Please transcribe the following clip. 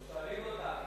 שואלים אותנו.